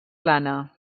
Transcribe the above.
plana